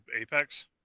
Apex